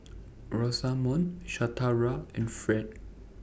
Rosamond Shatara and Ferd